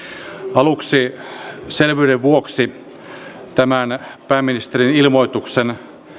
aluksi selvyyden vuoksi tämän pääministerin ilmoituksen